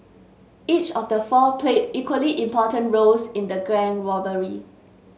each of the four played equally important roles in the gang robbery